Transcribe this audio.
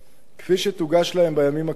כפי שתוגש להם בימים הקרובים,